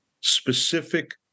specific